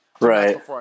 Right